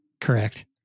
Correct